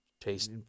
taste